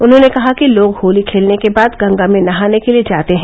उन्होने कहा कि लोग होली खेलने के बाद गंगा में नहाने के लिये जाते हैं